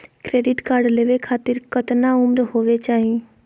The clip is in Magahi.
क्रेडिट कार्ड लेवे खातीर कतना उम्र होवे चाही?